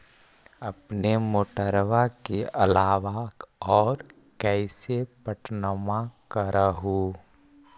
अपने मोटरबा के अलाबा और कैसे पट्टनमा कर हू?